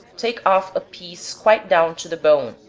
take off a piece quite down to the bone,